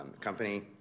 company